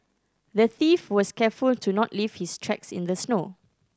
the thief was careful to not leave his tracks in the snow